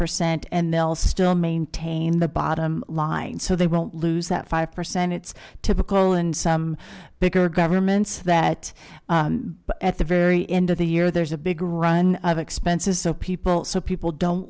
percent and they'll still maintain the bottom line so they won't lose that five percent it's typical in some bigger governments that at the very end of the year there's a big run of expenses of people so people don't